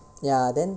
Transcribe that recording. ya then